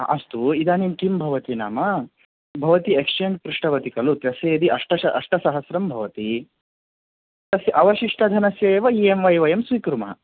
अस्तु इदानीं किं भवति नाम भवती एक्स्चेञ्ज् पृष्टवती खलु तस्य अष्टसहस्रं भवति तस्य अवशिष्टधनस्य एव ई एम् ऐ वयं स्वीकुर्मः